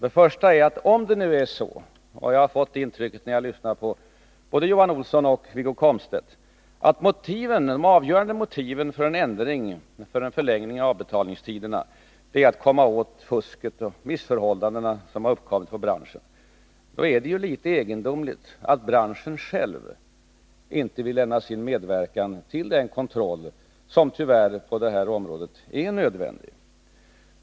Det första är att om nu — jag har fått det intrycket när jag lyssnat till både Johan Olsson och Wiggo Komstedt — det avgörande motivet för en förlängning av avbetalningstiderna är att komma åt det fusk och de missförhållanden som har uppkommit i branschen, då är det litet egendomligt att branschen själv inte vill lämna sin medverkan till den kontroll som tyvärr är nödvändig på det här området.